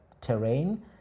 terrain